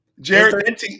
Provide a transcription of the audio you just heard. Jared